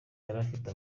yarafite